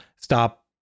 stop